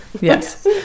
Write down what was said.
Yes